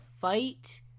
fight